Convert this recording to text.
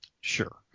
sure